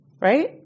Right